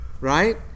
right